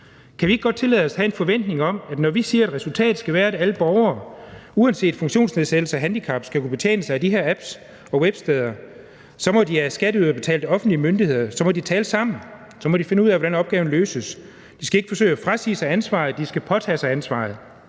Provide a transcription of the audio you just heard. Kan vi ikke godt tillade os at have en forventning om, at når vi siger, at resultatet skal være, at alle borgere uanset funktionsnedsættelse og handicap skal kunne betjene sig af de her apps og websteder, så må de her skatteyderbetalte offentlige myndigheder tale sammen, og så må de finde ud af, hvordan opgaven løses. De skal ikke forsøge at frasige sig ansvaret, de skal påtage sig ansvaret